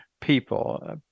people